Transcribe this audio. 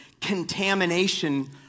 contamination